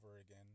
again